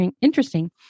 interesting